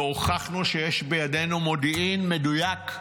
והוכחנו שיש בידינו מודיעין מדויק.